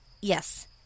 Yes